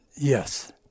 Yes